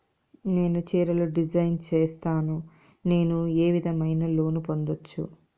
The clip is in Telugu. నేను చీరలు డిజైన్ సేస్తాను, నేను ఏ విధమైన లోను పొందొచ్చు